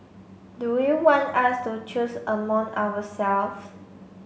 do you want us to choose among ourselves